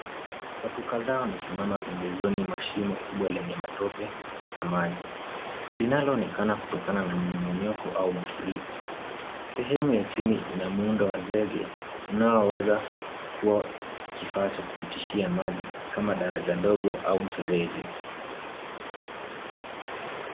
Watu kadhaa wamesimama pembezoni mwa shimo kubwa lenye matope na maji. Linaloonekana kutokana na momonyoko au mafuriko, sehemu ya chini ina muundo wa zege unaoweza kuwa kifaa cha kupitishia maji kama daraja dogo au mfereji.